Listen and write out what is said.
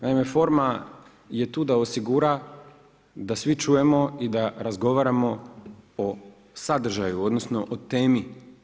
Naime, forma je tu da osigura da svi čujemo i da razgovaramo o sadržaju odnosno o temi.